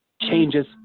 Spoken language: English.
changes